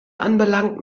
anbelangt